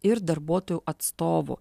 ir darbuotojų atstovų